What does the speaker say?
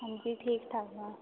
ਹਾਂਜੀ ਠੀਕ ਠਾਕ ਆ